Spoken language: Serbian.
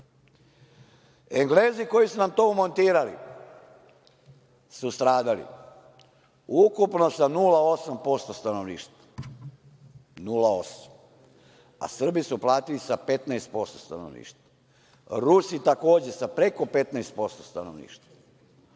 Englezi koji su nam to montirali su stradali ukupno sa 0,8% stanovništva, a Srbi su platili sa 15% stanovništva, Rusi, takođe, sa preko 15% stanovništva.